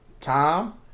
Tom